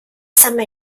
mày